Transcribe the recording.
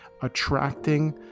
attracting